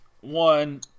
One